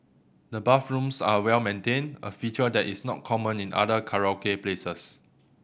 the bathrooms are well maintained a feature that is not common in other karaoke places